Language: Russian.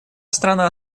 страна